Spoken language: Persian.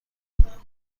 کنم